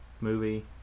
movie